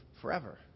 forever